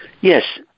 Yes